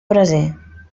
braser